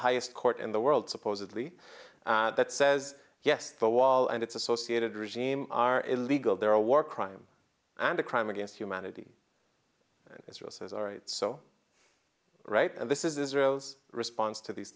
highest court in the world supposedly that says yes the wall and its associated regime are illegal they're a war crime and a crime against humanity israel says our right so right and this is israel's response to these